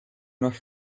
nach